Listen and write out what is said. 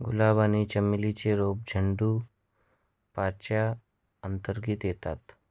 गुलाब आणि चमेली ची रोप झुडुपाच्या अंतर्गत येतात